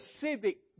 civic